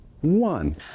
one